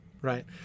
Right